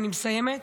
אני מסיימת.